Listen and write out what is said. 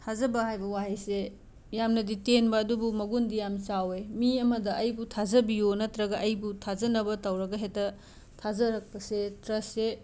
ꯊꯥꯖꯕ ꯍꯥꯏꯕ ꯋꯥꯍꯩꯁꯦ ꯌꯥꯝꯅꯗꯤ ꯇꯦꯟꯕ ꯑꯗꯨꯕꯨ ꯃꯒꯨꯟꯗꯤ ꯌꯥꯝꯅ ꯆꯥꯎꯋꯦ ꯃꯤ ꯑꯃꯗ ꯑꯩꯕꯨ ꯊꯥꯖꯕꯤꯌꯨ ꯅꯠꯇ꯭ꯔꯒ ꯑꯩꯕꯨ ꯊꯥꯖꯅꯕ ꯇꯧꯔꯒ ꯍꯦꯛꯇ ꯊꯥꯖꯔꯛꯄꯁꯦ ꯇ꯭ꯔꯁꯁꯦ